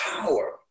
power